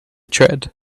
tread